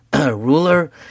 ruler